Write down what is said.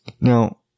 Now